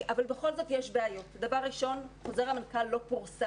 אבל בכל זאת יש בעיות: דבר ראשון חוזר המנכ"ל לא פורסם.